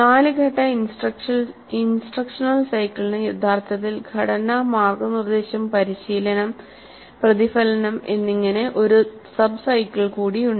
നാല് ഘട്ട ഇൻസ്ട്രക്ഷണൽ സൈക്കിളിന് യഥാർത്ഥത്തിൽ "ഘടന മാർഗ്ഗനിർദ്ദേശം പരിശീലനം ഒപ്പം പ്രതിഫലനത്തിന്റെ" ഒരു സബ് സൈക്കിൾ കൂടി ഉണ്ട്